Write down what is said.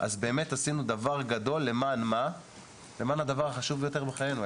עשינו דבר גדול למען הדבר החשוב ביותר בחיינו,